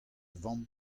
vamm